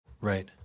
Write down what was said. Right